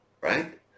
right